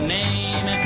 name